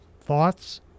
thoughts